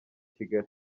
kigali